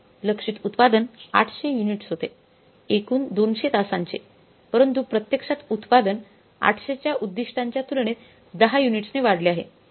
लक्ष्यित उत्पादन 800 युनिट्स होते एकूण 200 तासांचे परंतु प्रत्यक्षात उत्पादन 800 च्या उद्दीष्टाच्या तुलनेत 10 युनिट्सने वाढले आहे